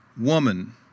Woman